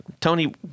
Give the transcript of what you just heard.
Tony